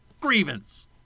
grievance